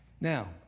now